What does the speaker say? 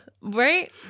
right